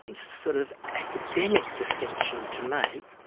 and sort of, academic distinction to make,